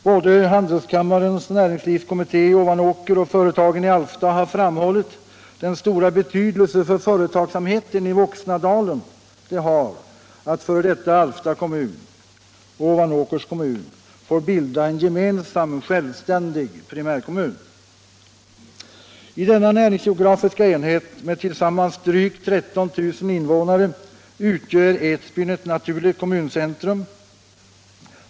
Både handelskammarens näringslivskommitté i Ovanåker och företagen i Alfta har framhållit den stora betydelse det har för företagsamheten i Voxnadalen att f.d. Alfta kommun och Ovanåkers kommun får bilda en gemensam, självständig primärkommun. I denna näringsgeografiska enhet med tillsammans drygt 13 000 invånare utgör Edsbyn ett naturligt kommuncentrum.